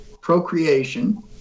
procreation